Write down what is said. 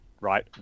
right